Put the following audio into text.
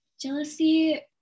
Jealousy